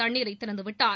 தண்ணீரை திறந்து விட்டார்